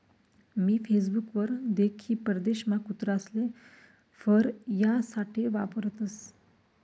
मी Facebook वर देख की परदेशमा कुत्रासले फर यासाठे वापरतसं